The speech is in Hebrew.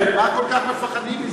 מה כל כך מפחדים מזה?